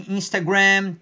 Instagram